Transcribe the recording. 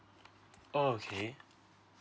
oh okay